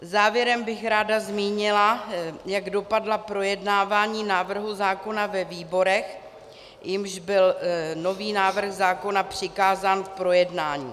Závěrem bych ráda zmínila, jak dopadla projednávání návrhu zákona ve výborech, jimž byl nový návrh zákona přikázán k projednání.